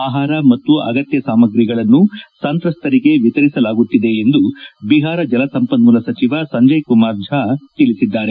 ಆಹಾರ ಮತ್ತು ಅಗತ್ಯ ಸಾಮಗ್ರಿಗಳನ್ನು ಸಂತ್ರಸ್ತರಿಗೆ ವಿತರಿಸಲಾಗುತ್ತಿದೆ ಎಂದು ಬಿಹಾರ ಜಲಸಂಪನ್ಮೂಲ ಸಚಿವ ಸಂಜಯ್ಕುಮಾರ್ ಜಾ ತಿಳಿಸಿದ್ದಾರೆ